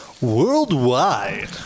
worldwide